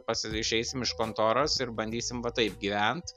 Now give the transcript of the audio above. pas išeisim iš kontoros ir bandysim va taip gyvent